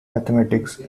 mathematics